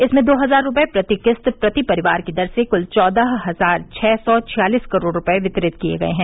इसमें दो हजार रूपये प्रति किस्त प्रति परिवार की दर से कूल चौदह हजार छः सौ छियालिस करोड़ रूपये वितरित किए गए हैं